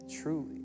truly